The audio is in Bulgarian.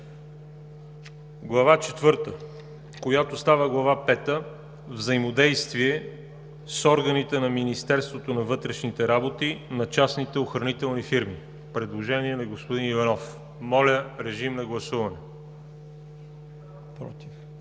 Глава четвърта, която става Глава пета „Взаимодействие с органите на Министерство на вътрешните работи на частните охранителни фирми“ – предложение на господин Иванов. Гласували